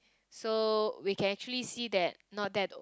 so we can actually see that not that old